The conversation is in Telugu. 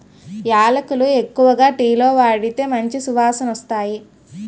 యాలకులు ఎక్కువగా టీలో వాడితే మంచి సువాసనొస్తాయి